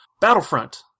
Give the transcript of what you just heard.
Battlefront